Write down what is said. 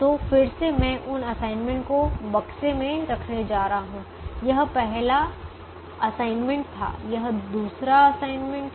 तो फिर से मैं उन असाइनमेंट को बक्से में रखने जा रहा हूं यह हमारा पहला असाइनमेंट था यह हमारा दूसरा असाइनमेंट है